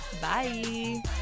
Bye